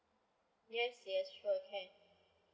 yes yes sure can